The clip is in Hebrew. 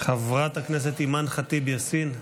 חברת הכנסת אימאן ח'טיב יאסין,